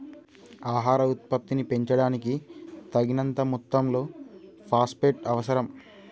ఆహార ఉత్పత్తిని పెంచడానికి, తగినంత మొత్తంలో ఫాస్ఫేట్ అవసరం